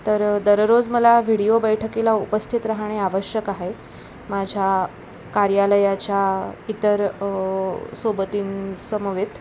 तर दररोज मला व्हिडिओ बैठकीला उपस्थित राहणे आवश्यक आहे माझ्या कार्यालयाच्या इतर सोबतीं समवेत